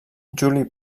juli